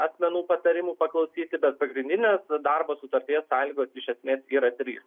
asmenų patarimų paklausyti bet pagrindinės darbo sutarties sąlygos iš esmės yra trys